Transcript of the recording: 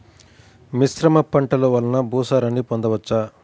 మిశ్రమ పంటలు వలన భూసారాన్ని పొందవచ్చా?